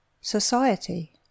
Society